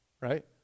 Right